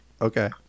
okay